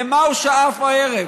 למה הוא שאף הערב?